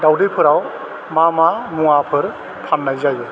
दावदैफोराव मा मा मुवाफोर फान्नाय जायो